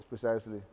precisely